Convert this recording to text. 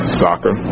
soccer